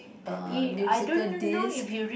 err musical disk